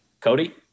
cody